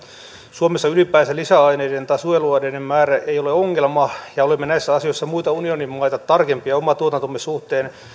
suomessa ylipäänsä suojeluaineiden määrä ei ole ongelma ja olemme näissä asioissa muita unionimaita tarkempia tuotantomme suhteen